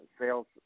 sales